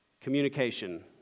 communication